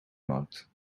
markt